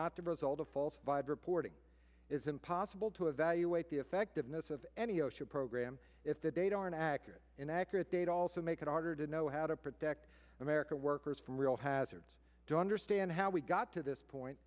not the result of falsified reporting is impossible to evaluate the effectiveness of any osha program if the data aren't accurate inaccurate data also make it harder to know how to protect america workers from real hazards to understand how we got to this point